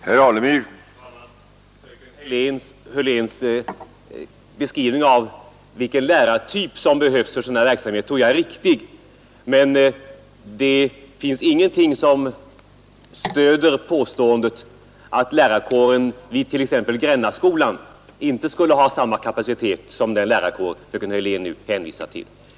Herr talman! Fröken Hörléns beskrivning av vilken lärartyp som behövs för sådan här verksamhet tror jag är riktig. Men det finns ingenting som stöder påståendet att lärarkåren vid t.ex. Grännaskolan inte skulle ha samma kapacitet som den lärarkår fröken Hörlén nu hänvisar till.